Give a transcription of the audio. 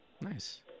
Nice